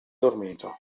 dormito